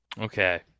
Okay